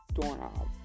doorknob